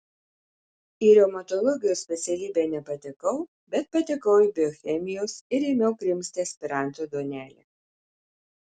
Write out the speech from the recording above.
į reumatologijos specialybę nepatekau bet patekau į biochemijos ir ėmiau krimsti aspiranto duonelę